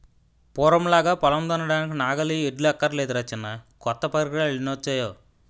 పూర్వంలాగా పొలం దున్నడానికి నాగలి, ఎడ్లు అక్కర్లేదురా చిన్నా కొత్త పరికరాలెన్నొచ్చేయో